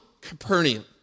Capernaum